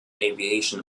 aviation